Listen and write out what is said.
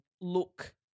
look